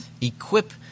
equip